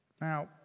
Now